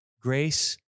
grace